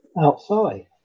outside